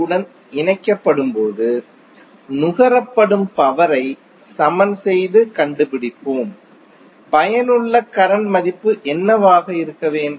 உடன் இணைக்கப்படும்போது நுகரப்படும் பவரை சமன் செய்து கண்டுபிடிப்போம் பயனுள்ள கரண்ட் மதிப்பு என்னவாக இருக்க வேண்டும்